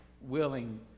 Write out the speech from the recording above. willing